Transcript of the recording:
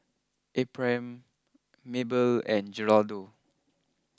Ephraim Maybelle and Geraldo